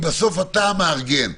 בסוף אתה המאגן.